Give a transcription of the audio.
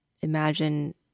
imagine